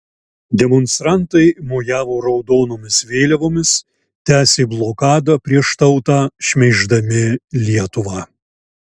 demonstrantai mojavo raudonomis vėliavomis tęsė blokadą prieš tautą šmeiždami lietuvą